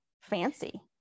fancy